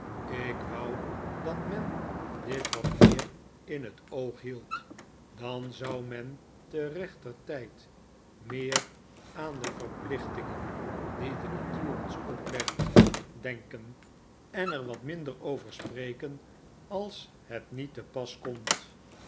ik wou dat men dit wat meer in het oog hield dan zou men te rechter tijd meer aan de verplichtingen die de natuur ons oplegt denken en er wat minder over spreken als het niet te pas komt